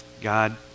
God